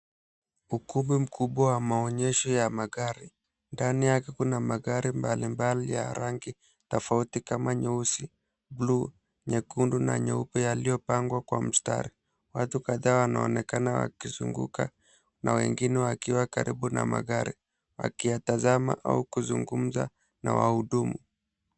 Ukumbi mkubwa wa maonyesho ya magari ndani yake kuna magari mbali mbali ya rangi tofauti kama nyeusi, blue , nyekundu na nyeupe, yaliyopangwa kwa mstari. Watu kadhaa wanaonekana wakizunguka na wengine wakiwa karibu na magari wakiyatazama au kuzungumza na wahudumu.